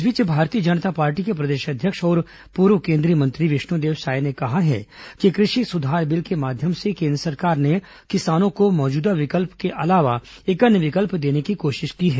इस बीच भारतीय जनता पार्टी के प्रदेश अध्यक्ष और पूर्व केंद्रीय मंत्री विष्णुदेव साय ने कहा है कि कृषि सुधार बिल के माध्यम से केन्द्र सरकार ने किसानों को मौजूदा विकल्प के अलावा अन्य विकल्प देने की कोशिश की है